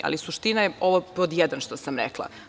Ali, suština je ovo pod jedan što sam rekla.